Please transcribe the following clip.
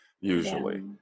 usually